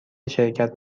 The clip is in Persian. شرکت